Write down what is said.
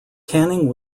canning